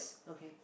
okay